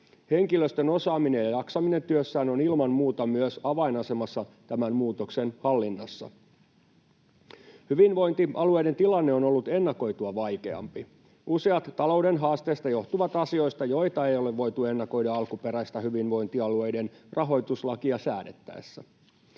Henkilöstön osaaminen ja jaksaminen työssään ovat ilman muuta avainasemassa myös tämän muutoksen hallinnassa. Hyvinvointialueiden tilanne on ollut ennakoitua vaikeampi. Useat talouden haasteista johtuvat asioista, joita ei ole voitu ennakoida alkuperäistä hyvinvointialueiden rahoituslakia säädettäessä.